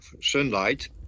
sunlight